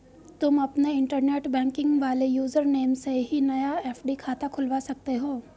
तुम अपने internet banking वाले यूज़र नेम से ही नया एफ.डी खाता खुलवा सकते हो